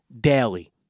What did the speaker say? daily